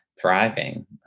thriving